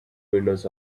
windows